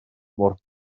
mor